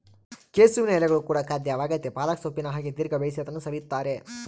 ಕೆಸುವಿನ ಎಲೆಗಳು ಕೂಡ ಖಾದ್ಯವಾಗೆತೇ ಪಾಲಕ್ ಸೊಪ್ಪಿನ ಹಾಗೆ ದೀರ್ಘ ಬೇಯಿಸಿ ಅದನ್ನು ಸವಿಯುತ್ತಾರೆ